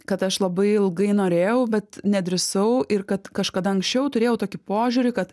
kad aš labai ilgai norėjau bet nedrįsau ir kad kažkada anksčiau turėjau tokį požiūrį kad